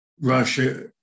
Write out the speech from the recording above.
Russia